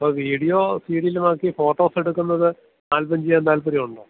അപ്പോൾ വീഡിയോ സീ ഡിലാക്കി ഫോട്ടോസെടുക്കുന്നത് ആൽബം ചെയ്യാൻ താല്പര്യമുണ്ടോ